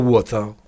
Water